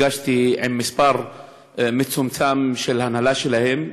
נפגשתי עם מספר מצומצם של אנשי ההנהלה שלהם.